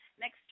Next